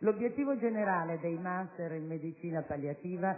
L'obiettivo generale dei *master* in medicina palliativa